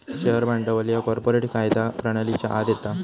share भांडवल ह्या corporate कायदा प्रणालीच्या आत येता